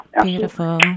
beautiful